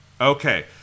Okay